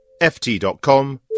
ft.com